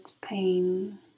pain